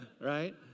Right